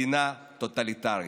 מדינה טוטליטרית.